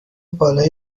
بالای